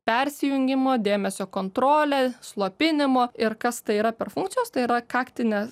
persijungimo dėmesio kontrolė slopinimo ir kas tai yra per funkcijos tai yra kaktinė